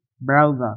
browser